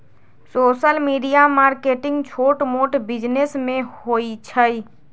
social media marketing छोट मोट business में होई छई